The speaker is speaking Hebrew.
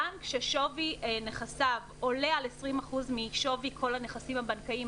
בנק ששווי נכסיו עולה על 20% משווי כל הנכסים הבנקאיים,